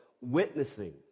witnessing